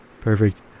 Perfect